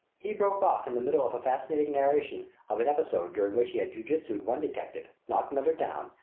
he broke off in the middle of a fascinating narration of an episode during which he had ju-jutsued one detective, knocked another down,